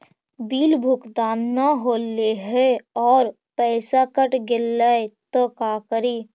Bill भुगतान न हौले हे और पैसा कट गेलै त का करि?